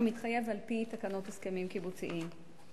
כמתחייב על-פי תקנות הסכמים קיבוציים.